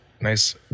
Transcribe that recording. Nice